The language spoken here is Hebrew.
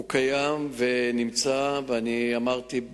הוא קיים ונמצא, ואמרתי,